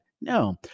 No